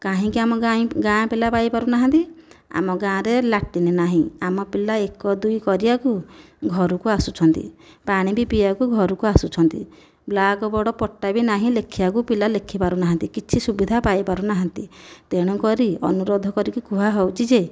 କାହିଁକି ଆମ ଗାଁ ପିଲା ପାଇପାରୁନାହାନ୍ତି ଆମ ଗାଁରେ ଲାଟ୍ରିନ୍ ନାହିଁ ଆମ ପିଲା ଏକ ଦୁଇ କରିବାକୁ ଘରକୁ ଆସୁଛନ୍ତି ପାଣି ବି ପିଇବାକୁ ଘରକୁ ଆସୁଛନ୍ତି ବ୍ଳାକବୋର୍ଡ଼ ପଟା ବି ନାହିଁ ଲେଖିବା କୁ ପିଲା ଲେଖିପାରୁନାହାନ୍ତି କିଛି ସୁବିଧା ପାଇପାରୁନାହାନ୍ତି ତେଣୁ କରି ଅନୁରୋଧ କରି କୁହାଯାଉଛି ଯେ